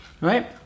Right